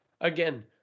again